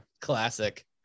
Classic